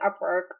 Upwork